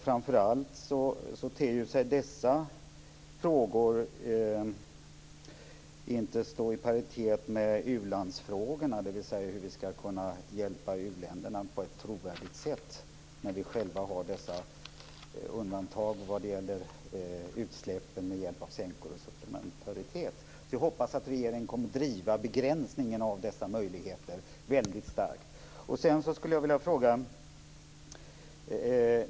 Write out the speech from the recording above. Framför allt ter det sig som att dessa frågor inte står i paritet med u-landsfrågorna, dvs. hur vi ska kunna hjälpa u-länderna på ett trovärdigt sätt när vi själva har dessa undantag vad det gäller utsläppen med hjälp av sänkor och supplementaritet. Jag hoppas att regeringen kommer att driva frågan om begränsningen av dessa möjligheter väldigt starkt. Sedan skulle jag vilja fråga en annan sak.